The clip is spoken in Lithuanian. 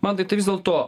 mantai tai vis dėl to